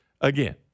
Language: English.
again